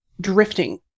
drifting